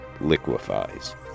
liquefies